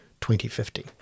2050